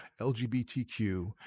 lgbtq